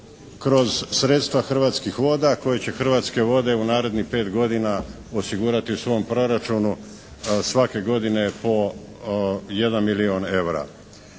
kroz sredstva Hrvatskih voda koje će Hrvatske vode u narednih pet godina osigurati u svom proračunu svake godine po 1 milijun eura.